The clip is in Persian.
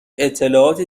اطلاعاتی